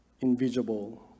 invisible